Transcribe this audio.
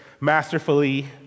masterfully